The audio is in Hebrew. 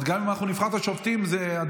זאת אומרת,